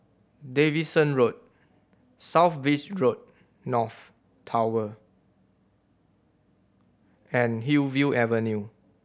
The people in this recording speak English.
Davidson Road South Beach North Tower and Hillview Avenue